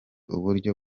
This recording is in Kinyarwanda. uburyo